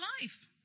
life